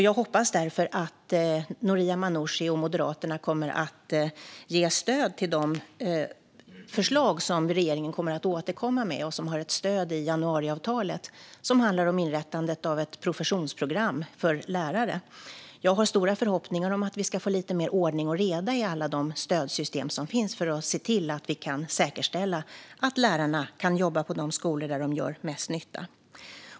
Jag hoppas därför att Noria Manouchi och Moderaterna kommer att ge stöd till de förslag som regeringen kommer att återkomma med, och som har stöd i januariavtalet, som handlar om inrättandet av ett professionsprogram för lärare. Jag har stora förhoppningar om att vi ska få lite mer ordning och reda i alla de stödsystem som finns så att vi kan säkerställa att lärarna kan jobba på de skolor där de gör mest nytta.